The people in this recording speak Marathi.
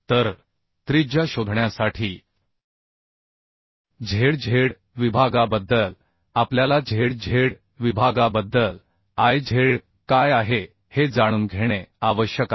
तर त्रिज्या शोधण्यासाठी Zz विभागाबद्दल आपल्याला Zz विभागाबद्दल Iz काय आहे हे जाणून घेणे आवश्यक आहे